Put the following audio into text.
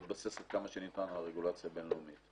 להתבסס עד כמה שניתן על רגולציה בין-לאומית.